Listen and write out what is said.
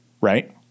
right